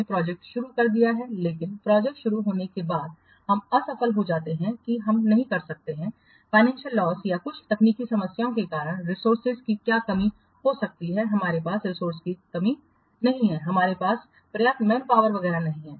हमने प्रोजेक्ट शुरू कर दी है लेकिन प्रोजेक्ट शुरू होने के बाद हम असफल हो जाते हैं कि हम नहीं कर सकते हैं फाइनेंशियल लॉस या कुछ तकनीकी समस्याओं के कारण रिसोर्सेस की क्या कमी हो सकती है हमारे पास रिसोर्सेस की कमी नहीं है हमारे पास पर्याप्त मैन पावर वगैरह नहीं है